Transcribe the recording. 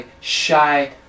shy